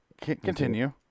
Continue